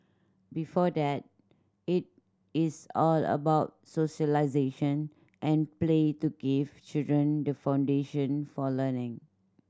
before that it is all about socialisation and play to give children the foundation for learning